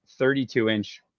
32-inch